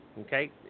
Okay